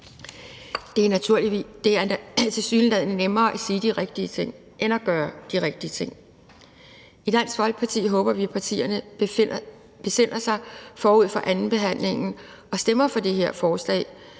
Det er tilsyneladende nemmere at sige de rigtige ting end at gøre de rigtige ting. I Dansk Folkeparti håber vi, at partierne besinder sig forud for andenbehandlingen og stemmer for det her forslag,